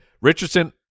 Richardson